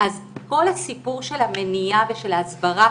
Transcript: כל הסיפור של המניעה ושל ההסברה